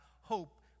hope